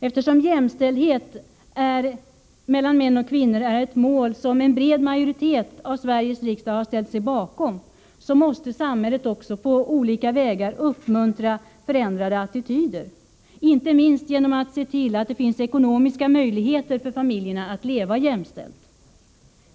Eftersom jämställdhet mellan män och kvinnor är ett mål som en bred majoritet av Sveriges riksdag har ställt sig bakom, måste samhället också på olika vägar uppmuntra förändrade attityder, inte minst genom att se till att det finns ekonomiska möjligheter för familjerna att leva jämställt.